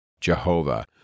Jehovah